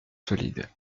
solide